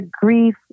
grief